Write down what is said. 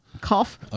Cough